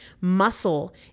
Muscle